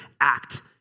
act